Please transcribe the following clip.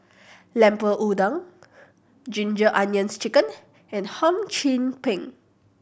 Lemper Udang Ginger Onions Chicken and Hum Chim Peng